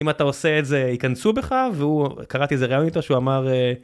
אם אתה עושה את זה ייכנסו בך, והוא.. קראתי איזה רעיון איתו שהוא אמר.